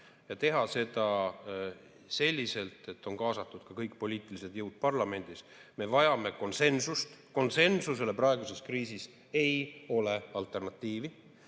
ja teha seda selliselt, et kaasatud on kõik poliitilised jõud parlamendis. Me vajame konsensust, konsensusele ei ole praeguses kriisis alternatiivi,